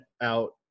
out